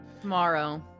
Tomorrow